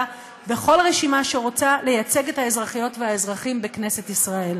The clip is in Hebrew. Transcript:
בכל רשימה שרוצה לייצג את האזרחיות והאזרחים בכנסת ישראל.